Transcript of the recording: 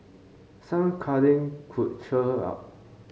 some cuddling could cheer her up